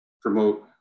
promote